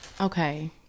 Okay